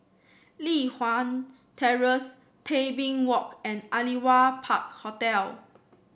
Li Hwan Terrace Tebing Walk and Aliwal Park Hotel